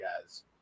guys